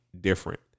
different